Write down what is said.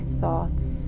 thoughts